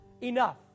enough